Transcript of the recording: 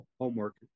homework